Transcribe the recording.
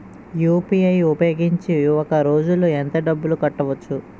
UPI ఉపయోగించి ఒక రోజులో ఎంత డబ్బులు కట్టవచ్చు?